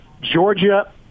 georgia